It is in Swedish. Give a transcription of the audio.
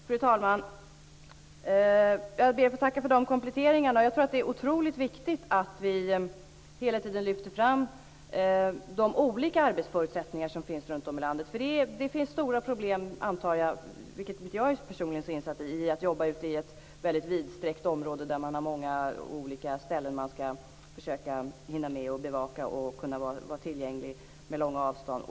Fru talman! Jag ber att få tacka för kompletteringarna. Jag tror att det är oerhört viktigt att vi hela tiden lyfter fram de olika arbetsförutsättningar som finns runtom i landet. Jag antar att det är stora problem förenade med att - något som jag personligen inte är så insatt i - jobba ute i ett väldigt vidsträckt område där man skall försöka hinna med att bevaka många olika ställen och vara tillgänglig på långa avstånd.